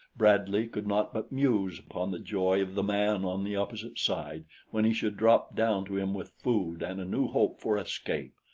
bradley could not but muse upon the joy of the man on the opposite side when he should drop down to him with food and a new hope for escape.